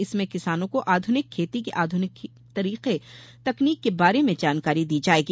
इसमे किसानों को आध्निक खेती के आध्निक खेती की तकनीक के बारे मे जानकारी दी जायेगी